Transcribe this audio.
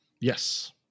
Yes